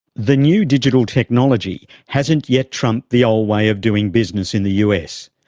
the new digital technology hasn't yet trumped the old way of doing business in the us.